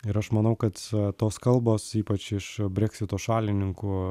ir aš manau kad tos kalbos ypač iš breksito šalininkų